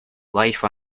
life